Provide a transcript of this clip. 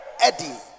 Eddie